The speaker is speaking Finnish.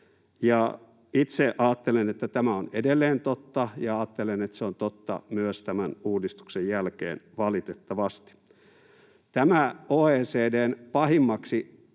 Itse ajattelen, että tämä on edelleen totta, ja ajattelen, että se on totta myös tämän uudistuksen jälkeen — valitettavasti. Tämä OECD:n pahimmaksi